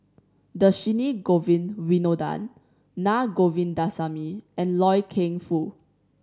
Dhershini Govin Winodan Naa Govindasamy and Loy Keng Foo